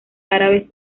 árabes